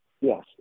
Yes